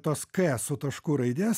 tos k su tašku raidės